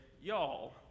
y'all